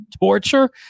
torture